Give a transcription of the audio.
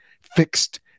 fixed